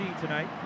tonight